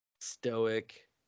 stoic